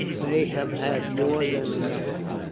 they have had more than enough of it.